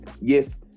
yes